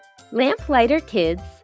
lamplighterkids